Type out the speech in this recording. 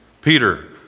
Peter